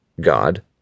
God